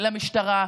למשטרה,